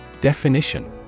Definition